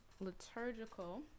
liturgical